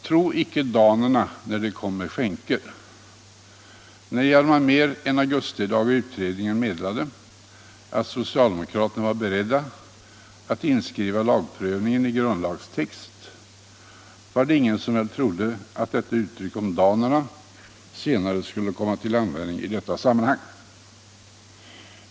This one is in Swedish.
Tro icke danaerna när de komma med skänker! När Hjalmar Mehr en dag i utredningen meddelade att socialdemokraterna var beredda att inskriva lagprövningen i grundlagstexten var det väl ingen som trodde att detta uttryck skulle komma till användning i det sammanhanget.